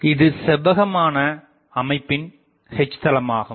இது செவ்வகமான அமைப்பின் H தளமாகும்